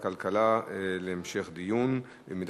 לפיכך נקבע שהחלטת ועדת הכלכלה בדבר